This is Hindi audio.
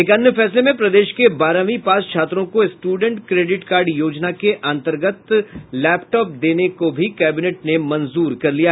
एक अन्य फैसले में प्रदेश के बारहवीं पास छात्रों को स्टूडेंट क्रेडिट कार्ड योजना के अन्तर्गत लैपटॉप देने को भी कैबिनेट ने मंजूर कर लिया